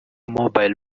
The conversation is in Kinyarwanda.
mobile